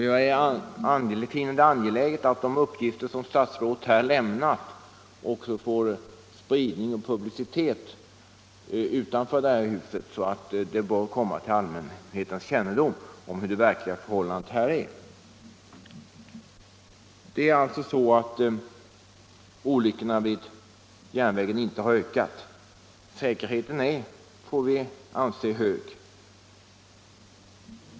Jag finner det angeläget att de uppgifter som statsrådet har lämnat också får spridning och publicitet utanför detta hus, så att allmänheten får kännedom om det verkliga förhållandet. Olyckorna vid järnvägen har alltså inte ökat. Säkerheten är, får vi anse, hög.